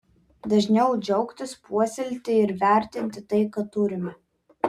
dažniau džiaugtis puoselėti ir vertinti tai ką turime